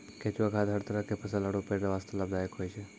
केंचुआ खाद हर तरह के फसल आरो पेड़ वास्तॅ लाभदायक होय छै